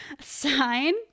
sign